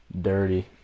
dirty